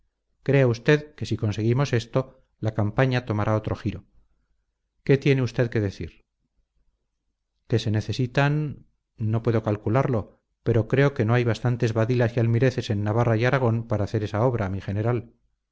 crea usted que si conseguimos esto la campaña tomará otro giro qué tiene usted que decir que se necesitan no puedo calcularlo pero creo que no hay bastantes badilas y almireces en navarra y aragón para esa obra mi general